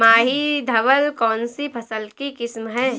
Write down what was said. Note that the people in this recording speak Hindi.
माही धवल कौनसी फसल की किस्म है?